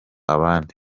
abandi